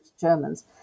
Germans